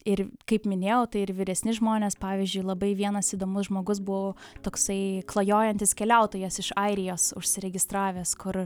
ir kaip minėjau tai ir vyresni žmonės pavyzdžiui labai vienas įdomus žmogus buvo toksai klajojantis keliautojas iš airijos užsiregistravęs kur